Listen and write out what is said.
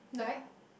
yeah